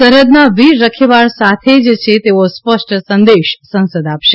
સરહૃદના વીર રખેવાળ સાથે જ છે તેવો સ્પષ્ટ્ સંદેશ સંસદ આપશે